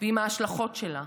ועם ההשלכות שלה.